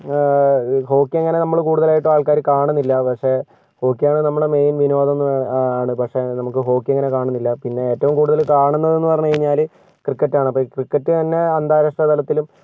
ഹോക്കിയങ്ങനെ നമ്മൾ കൂടുതലായിട്ടും ആൾക്കാർ കാണുന്നില്ല പക്ഷെ ഹോക്കിയാണ് നമ്മുടെ മെയിൻ വിനോദം ആണ് പക്ഷെ ഹോക്കിയങ്ങനെ കാണുന്നില്ല പിന്നെ ഏറ്റവും കൂടുതൽ കാണുന്നത് എന്ന് പറഞ്ഞാൽ ക്രിക്കറ്റാണ് അപ്പോൾ ഈ ക്രിക്കറ്റ് തന്നെ അന്താരാഷ്ട്ര തലത്തിലും